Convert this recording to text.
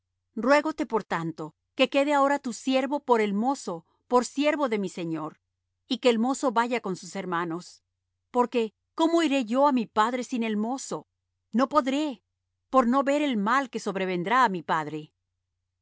días ruégote por tanto que quede ahora tu siervo por el mozo por siervo de mi señor y que el mozo vaya con sus hermanos porque cómo iré yo á mi padre sin el mozo no podré por no ver el mal que sobrevendrá á mi padre